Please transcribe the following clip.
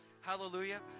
Hallelujah